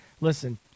listen